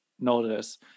notice